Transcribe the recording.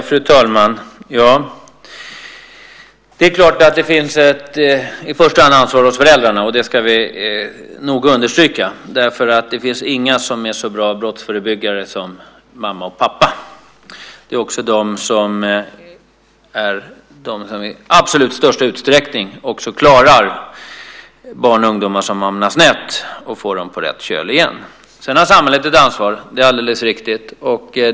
Fru talman! I första hand ligger ansvaret hos föräldrarna. Det ska vi noga understryka. Det finns inga som är så bra brottsförebyggare som mamma och pappa. Det är också de som i absolut största utsträckning också klarar de barn och ungdomar som har hamnat snett och får dem på rätt köl igen. Det är alldeles riktigt att samhället har ett ansvar.